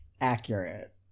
Accurate